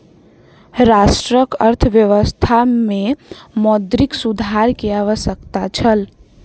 राष्ट्रक अर्थव्यवस्था में मौद्रिक सुधार के आवश्यकता छल